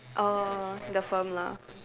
err the firm lah